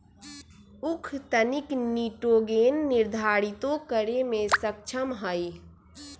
उख तनिक निटोगेन निर्धारितो करे में सक्षम हई